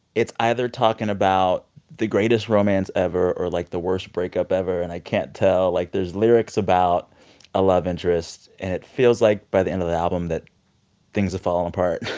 it's either talking about the greatest romance ever or, like, the worst breakup ever. and i can't tell. like, there's lyrics about a love interest. and it feels like by the end of the album that things are falling apart.